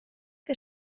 que